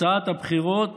תוצאת הבחירות